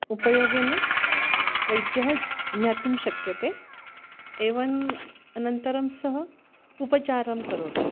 उपयोगेन वैद्यः ज्ञातुं शक्यते एवम् अनन्तरं सह उपचारं करोति